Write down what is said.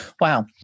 Wow